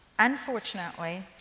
Unfortunately